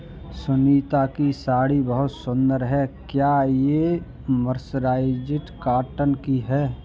सुनीता की साड़ी बहुत सुंदर है, क्या ये मर्सराइज्ड कॉटन की है?